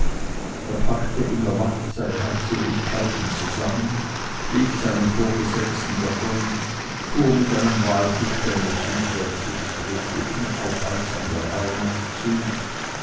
er packte in der nacht seine habseligkeiten zusammen lief seinen vorgesetzten davon fuhr mit einem walfischfänger südwärts und strebte unaufhaltsam der heimat zu